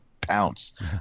pounce